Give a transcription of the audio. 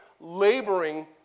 laboring